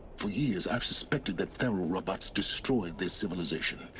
for years, i've suspected that faro robots destroyed their civilization.